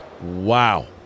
Wow